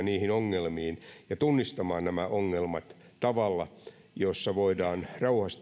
niihin ongelmiin ja tunnistamaan nämä ongelmat tavalla jolla voidaan